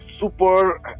super